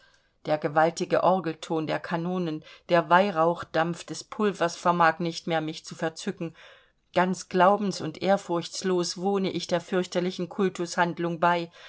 der gewaltige orgelton der kanonen der weihrauchdampf des pulvers vermag nicht mehr mich zu verzücken ganz glaubens und ehrfurchtslos wohne ich der fürchterlichen kultushandlung bei